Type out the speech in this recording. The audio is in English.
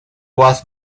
was